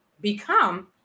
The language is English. become